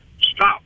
stop